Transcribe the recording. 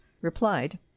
replied